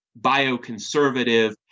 bioconservative